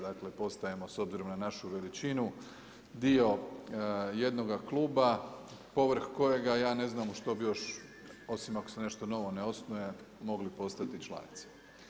Dakle, postajemo s obzirom na našu veličinu dio jednoga kluba povrh kojega ja ne znam u što bi još osim ako se još nešto novo ne osnuje mogli postati članica.